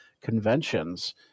conventions